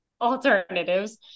alternatives